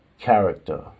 character